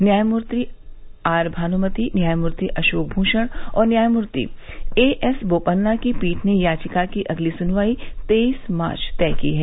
न्यायमूर्ति आर भानुमति न्यायमूर्ति अशोक भूषण और न्यायमूर्ति एएस बोपन्ना की पीठ ने याचिका की अगली सुनवाई तेईस मार्च तय की है